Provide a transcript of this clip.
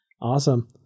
Awesome